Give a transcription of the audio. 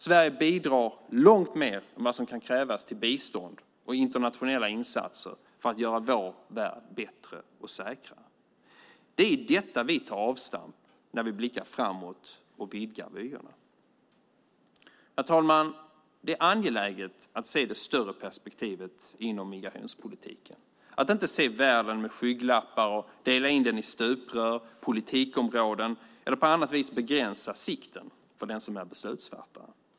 Sverige bidrar långt mer än vad som kan krävas till bistånd och internationella insatser för att göra vår värld bättre och säkrare. Det är i detta vi tar avstamp när vi blickar framåt och vidgar vyerna. Herr talman! Det är angeläget att se det större perspektivet inom migrationspolitiken, att inte se världen med skygglappar och dela in den i stuprör, politikområden eller på annat vis begränsa sikten för den som är beslutsfattare.